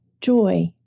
joy